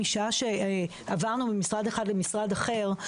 משעה שעברנו ממשרד אחד למשרד אחר,